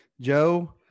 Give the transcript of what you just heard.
Joe